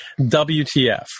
WTF